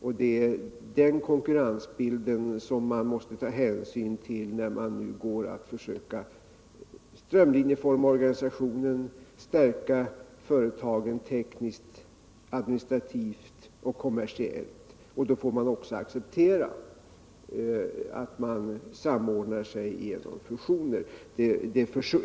Det är den konkurrensbilden man måste ta hänsyn till när vi nu går att försöka strömlinjeforma organisationen och stärka företagen tekniskt, administrativ t och kommersiellt. Då får man också acceptera samordning genom fusioner.